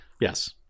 Yes